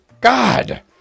god